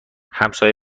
همسایه